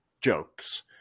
jokes